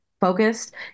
focused